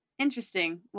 Interesting